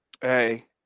Hey